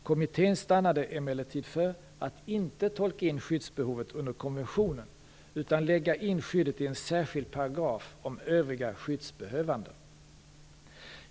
Kommittén stannade emellertid för att inte tolka in skyddsbehovet under konventionen utan lägga in skyddet i en särskild paragraf om övriga skyddsbehövande.